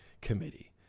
committee